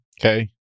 Okay